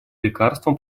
лекарствам